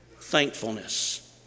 thankfulness